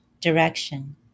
direction